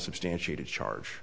substantiated charge